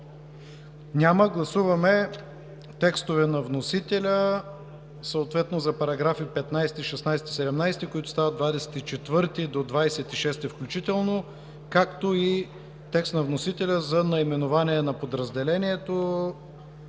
Няма. Гласуваме текстове на вносителя съответно за параграфи 15, 16 и 17, които стават параграфи от 24 до 26 включително, както и текст на вносителя за наименование на подразделението,